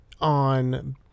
on